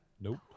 Nope